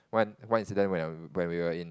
one one incident when when we were in